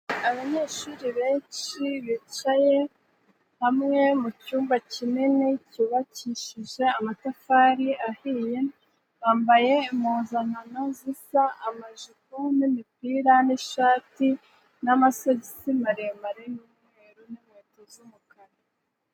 Abanyeshuri benshi bicaye hamwe mu cyumba kinini, cyubakishije amatafari ahiye, bambaye impuzankano zisa; amajipo n'imipira n'ishati n'amasogisi maremare n'umweru n'inkweto z'umukara.